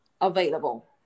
available